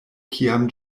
kiam